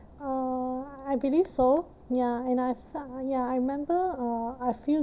uh I believe so ya and I f~ ya I remember uh I feel